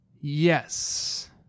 yes